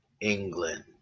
England